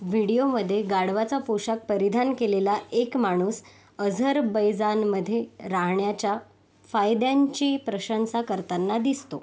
व्हिडिओमध्ये गाढवाचा पोशाख परिधान केलेला एक माणूस अझरबैजानमध्ये राहण्याच्या फायद्यांची प्रशंसा करताना दिसतो